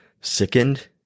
sickened